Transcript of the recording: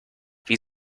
wie